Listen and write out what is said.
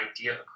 idea